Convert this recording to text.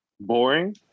boring